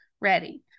ready